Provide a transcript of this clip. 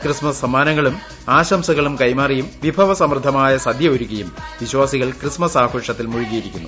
Christmas സ്ക്മിറ്റ്ൻങ്ങളും ആശംസകളും കൈമാറിയും വിഭവ സമൃദ്ധമായ സ്ദ്യുക്ളരുക്കിയും വിശ്വാസികൾ ക്രിസ്മസ് ആഘോഷത്തിൽ മുഴുകീയിരിക്കുന്നു